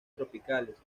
tropicales